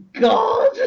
God